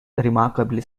remarkably